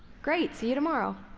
great. see you tomorrow.